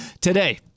Today